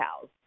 cows